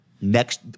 Next